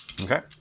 Okay